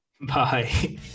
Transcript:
bye